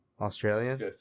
Australian